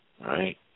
Right